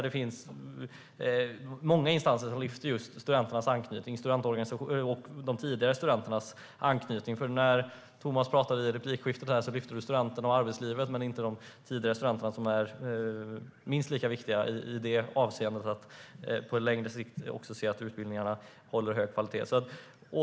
Det finns många instanser som lyfter fram just studenternas, studentorganisationernas och de tidigare studenternas anknytning. I replikskiftet lyfte Thomas Strand fram studenterna och arbetslivet men inte de tidigare studenterna, som är minst lika viktiga i avseendet att se till att utbildningarna håller hög kvalitet på längre sikt.